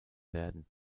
werden